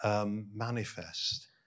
manifest